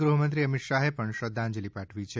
ગૃહ્મંત્રી અમિત શાહે પણ શ્રધ્ધાજંલિ પાઠવી છે